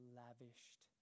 lavished